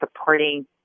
supporting